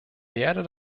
werde